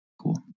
Cool